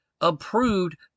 approved